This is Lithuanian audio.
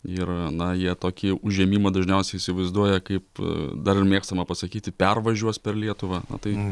ir na jie tokį užėmimą dažniausiai įsivaizduoja kaip dar ir mėgstama pasakyti pervažiuos per lietuvą na tai